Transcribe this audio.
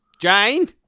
jane